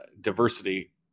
diversity